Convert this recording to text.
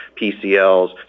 PCLs